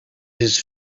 his